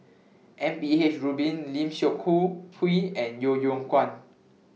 M P H Rubin Lim Seok Hui and Yeo Yeow Kwang